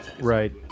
right